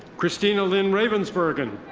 christina lynn ravensbergen.